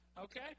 Okay